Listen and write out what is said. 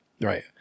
Right